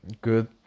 good